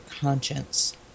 conscience